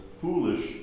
foolish